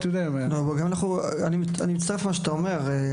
אני מצטרף למה שאתה אומר.